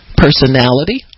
personality